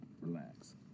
relax